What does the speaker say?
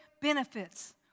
Benefits